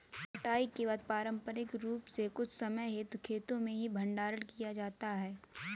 कटाई के बाद पारंपरिक रूप से कुछ समय हेतु खेतो में ही भंडारण किया जाता था